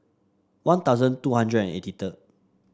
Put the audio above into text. One Thousand two hundred and eighty third